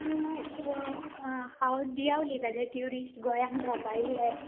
तूं हांव दिया उलयतालें ट्युरिस्ट गोंयान भोंवपा येयल्लें